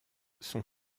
son